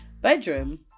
bedroom